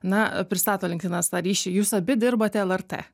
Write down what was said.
na pristato linkedinas tą ryšį jūs abi dirbate lrt